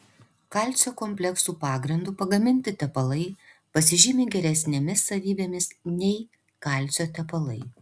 kalcio kompleksų pagrindu pagaminti tepalai pasižymi geresnėmis savybėmis nei kalcio tepalai